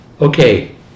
okay